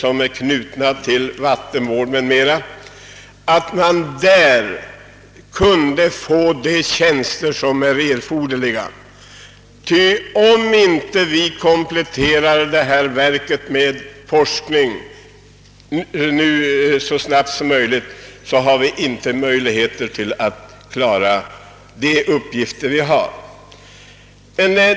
Om vi inte kompletterar detta verk med forskning så snabbt som möjligt har vi inte möjlighet att klara de uppgifter som förestår.